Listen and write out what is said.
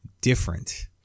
different